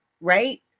right